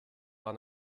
war